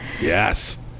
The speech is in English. Yes